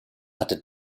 hatte